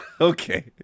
Okay